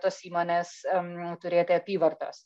tos įmonės em turėti apyvartos